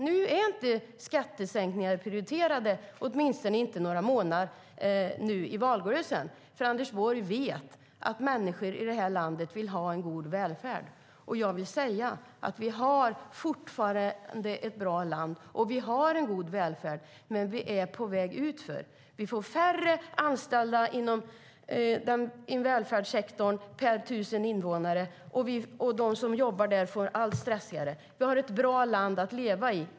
Nu är inte skattesänkningar prioriterade, åtminstone inte under några månader i valrörelsen, för Anders Borg vet att människor i det här landet vill ha en god välfärd. Jag vill säga att vi fortfarande har ett bra land, och vi har en god välfärd, men vi är på väg utför. Vi får färre anställda inom välfärdssektorn per 1 000 invånare, och de som jobbar där får det allt stressigare. Vi har ett bra land att leva i.